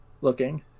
looking